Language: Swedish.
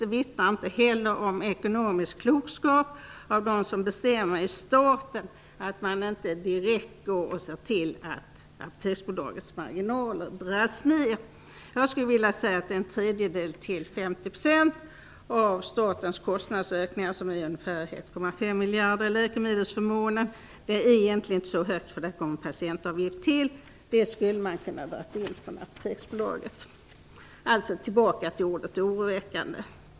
Det vittnar inte heller om ekonomisk klokskap hos dem som bestämmer i staten, att man inte direkt ser till att Apoteksbolagets marginaler dras ner. Jag skulle vilja säga att en tredjedel till 50 % av statens kostnadsökningar, som är ungefär 1,5 miljarder i läkemedelsförmåner, egentligen inte är så högt, eftersom patientavgiften kommer till. Det skulle man ha kunnat dra in från Apoteksbolaget. Tillbaka till ordet oroväckande.